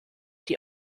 die